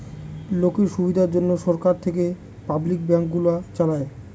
লোকের সুবিধার জন্যে সরকার থেকে পাবলিক ব্যাঙ্ক গুলো চালায়